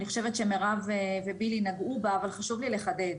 אני חושבת שמרב ובילי נגעו בה אבל חשוב לי לחדד.